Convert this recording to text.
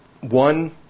one